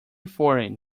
foreign